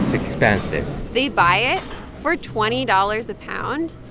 expensive they buy it for twenty dollars a pound,